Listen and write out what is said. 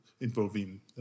involving